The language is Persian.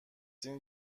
این